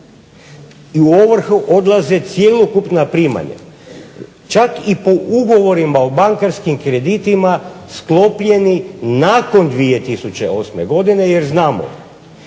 i u ovrhu odlaze cjelokupna primanja. Čak i po ugovorima o bankarskim kreditima sklopljenim nakon 2008. godine jer znamo